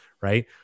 right